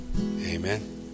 amen